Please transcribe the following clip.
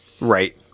Right